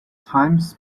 times